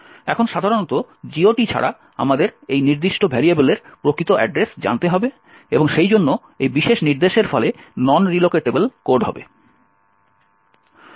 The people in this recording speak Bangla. এখন সাধারণত GOT ছাড়া আমাদের এই নির্দিষ্ট ভেরিয়েবলের প্রকৃত অ্যাড্রেস জানতে হবে এবং সেইজন্য এই বিশেষ নির্দেশের ফলে নন রিলোকেটেবল কোড হবে